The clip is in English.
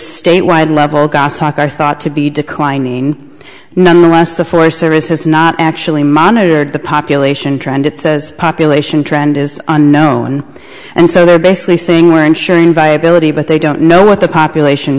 statewide level goshawk i thought to be declining nonetheless the forest service has not actually monitored the population trend it says population trend is unknown and so they're basically saying we're ensuring viability they don't know what the population